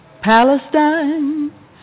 Palestine